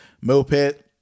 Moped